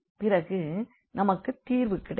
பிறகு நமக்கு தீர்வு கிடைக்கும்